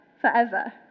forever